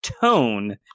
tone